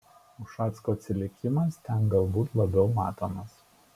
ušacko atsilikimas ten galbūt labiau matomas